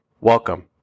Welcome